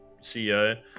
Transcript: CEO